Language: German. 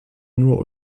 nur